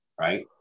Right